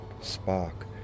spark